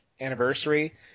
anniversary